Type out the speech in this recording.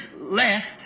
left